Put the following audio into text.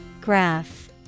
Graph